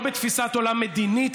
לא בתפיסת עולם מדינית,